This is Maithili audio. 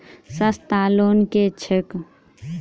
सस्ता लोन केँ छैक